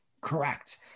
Correct